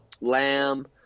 lamb